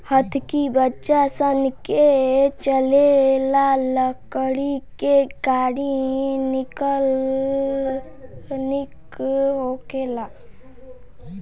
हतकी बच्चा सन के चले ला लकड़ी के गाड़ी निक होखेला